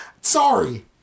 Sorry